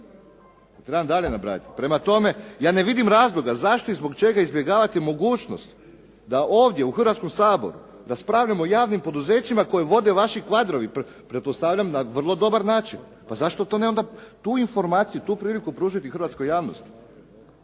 Trebam li dalje nabrajati? Prema tome, ja ne vidim razloga zašto i zbog čega izbjegavate mogućnost da ovdje u Hrvatskom saboru raspravljamo o javnim poduzećima koje vode vaši kadrovi, pretpostavljam na vrlo dobar način. Pa zašto onda ne tu informaciju, tu priliku pružiti hrvatskoj javnosti,